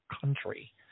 country